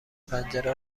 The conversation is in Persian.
پنجره